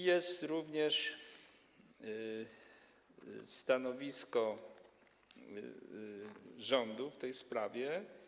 Jest również stanowisko rządu w tej sprawie.